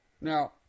Now